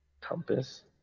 Compass